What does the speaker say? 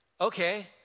Okay